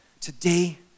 Today